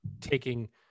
taking